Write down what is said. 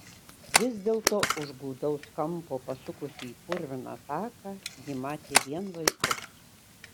vis dėlto už gūdaus kampo pasukusi į purviną taką ji matė vien vaikus